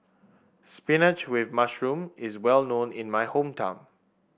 spinach with mushroom is well known in my hometown